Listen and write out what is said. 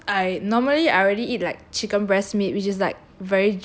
mm cause I normally I already eat like chicken breast meat which is like